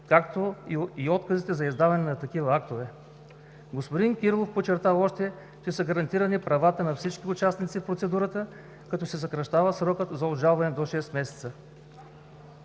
както и отказите за издаване на такива актове. Господин Кирилов подчерта още, че са гарантирани правата на всички участници в процедурата, като се съкращава срокът за обжалване до шест месеца.